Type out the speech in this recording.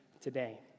today